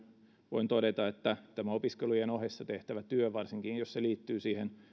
voin todeta että tämä opiskelujen ohessa tehtävä työ varsinkin jos se liittyy siihen